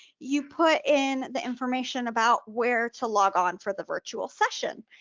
you put in the information about where to log on for the virtual session,